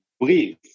breathe